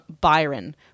Byron